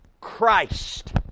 Christ